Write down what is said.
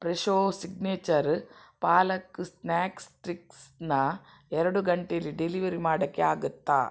Fresho signature palak snacks ಸ್ಟ್ರಿಕ್ಸ್ನ ಎರಡು ಗಂಟೇಲಿ ಡೆಲಿವರಿ ಮಾಡೋಕ್ಕೆ ಆಗುತ್ತಾ